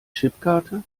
chipkarte